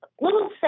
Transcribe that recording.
little